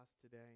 today